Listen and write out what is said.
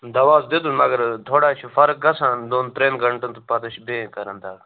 دَوا حظ دِتُن مَگر تھوڈا چھِ فَرق گَژھان دۅن ترٛٮ۪ن گَنٛٹَن تہٕ پتہٕ حظ چھِ بیٚیہِ کَران دَگ